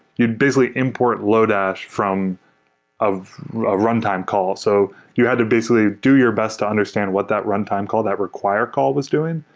you'd basically import lodash from of a runtime call. so you had to basically do your best to understand what that runtime call that require call was doing.